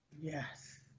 Yes